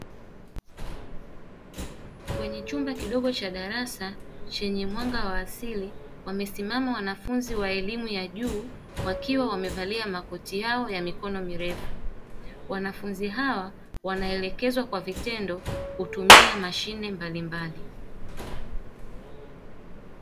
Kwenye chumba kidogo cha darasa chenye mwanga wa asili, wamesimama wanafunzi wa elimu ya juu wakiwa wamevalia makoti yao ya mikono mirefu. Wanafunzi hao wanaelekezwa kwa vitendo kutumia mashine mbalimbali.